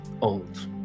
old